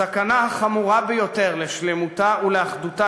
הסכנה החמורה ביותר לשלמותה ולאחדותה